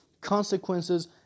consequences